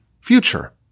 future